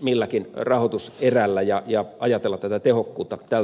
milläkin rahoituserällä ja ajatella tätä tehokkuutta tältä kannalta